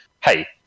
hey